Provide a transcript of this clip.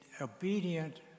obedient